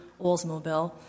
Oldsmobile